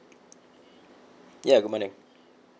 ya good morning